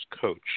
coach